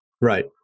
Right